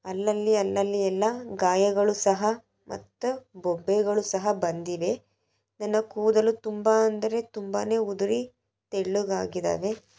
ಅಲ್ಲಲ್ಲಿ ಅಲ್ಲಲ್ಲಿ ಎಲ್ಲ ಗಾಯಗಳು ಸಹ ಮತ್ತು ಬೊಬ್ಬೆಗಳು ಸಹ ಬಂದಿವೆ ನನ್ನ ಕೂದಲು ತುಂಬ ಅಂದರೆ ತುಂಬಾ ಉದುರಿ ತೆಳ್ಳಗಾಗಿದ್ದಾವೆ